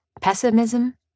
Pessimism